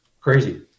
Crazy